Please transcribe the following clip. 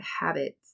habits